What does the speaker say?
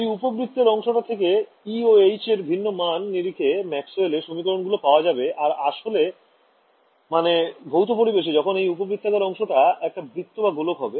এই উপবৃত্তের অংশটা থেকে e ও h এর ভিন্ন মানের নিরিখে ম্যাক্সওয়েল এর সমীকরণগুলো পাওয়া যাবে আর আসলে মানে ভৌত পরিবেশে যখন এই উপবৃত্তাকার অংশটা একটা বৃত্ত বা গোলক হবে